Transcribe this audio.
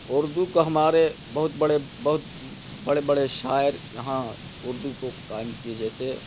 اردو کو ہمارے بہت بڑے بہت بڑے بڑے شاعر یہاں اردو کو قائم کیے جیسے